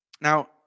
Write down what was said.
Now